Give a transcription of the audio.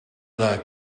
that